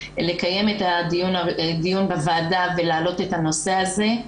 לקיים את הדיון בוועדה ולהעלות את הנושא הזה,